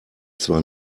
zwar